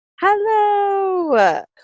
Hello